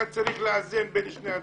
אתה צריך לאזן בין שני הדברים.